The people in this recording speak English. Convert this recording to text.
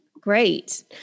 Great